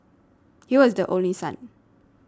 he was the only son